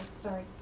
sorry.